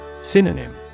Synonym